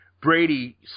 Brady